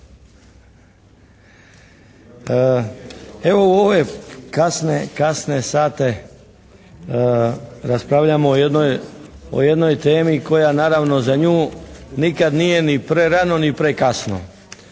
Evo u ove kasne sate raspravljamo o jednoj temi koja naravno za nju nikad nije ni prerano ni prekasno.